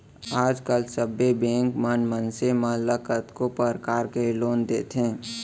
आज काल सबे बेंक मन मनसे मन ल कतको परकार के लोन देथे